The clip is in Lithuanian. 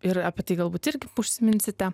ir apie tai galbūt irgi užsiminsite